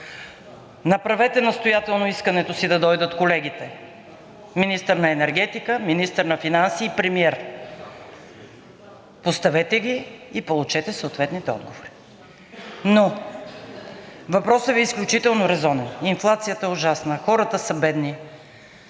Направете настоятелно искането си да дойдат колегите – министър на енергетика, министър на финанси и премиер. Поставете ги и получете съответните отговори. Но въпросът Ви е изключително резонен – инфлацията е ужасна, хората са бедни.